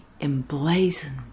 emblazoned